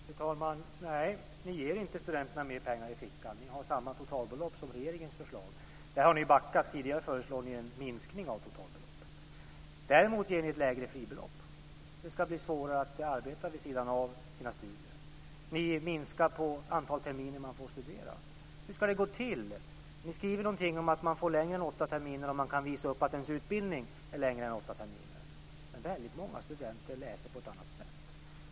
Fru talman! Nej, ni ger inte studenterna mer pengar i fickan. Ni har samma totalbelopp som regeringens förslag. Där har ni backat. Tidigare föreslog ni en minskning av totalbeloppet. Däremot vill ni ha ett lägre fribelopp. Det ska bli svårare att arbeta vid sidan av sina studier. Ni minskar antalet terminer man får studera. Hur ska det gå till? Ni skriver någonting om att man får stöd längre än åtta terminer om man kan visa upp att ens utbildning är längre än åtta terminer. Men väldigt många studenter läser på ett annat sätt.